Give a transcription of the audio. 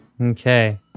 Okay